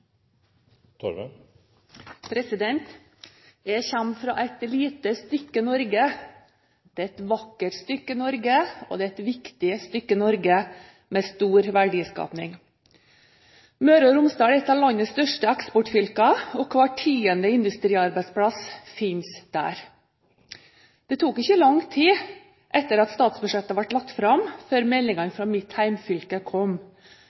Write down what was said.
gjøre. Jeg kommer fra et lite stykke Norge. Det er et vakkert stykke Norge, og det er et viktig stykke Norge med stor verdiskaping. Møre og Romsdal er et av landets største eksportfylker, og hver tiende industriarbeidsplass finnes der. Det tok ikke lang tid etter at statsbudsjettet ble lagt fram, før meldingene fra mitt hjemfylke kom.